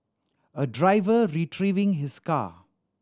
a driver retrieving his car